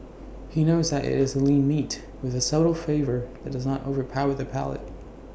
he knows that IT is A lean meat with A subtle flavour that does not overpower the palate